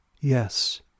Yes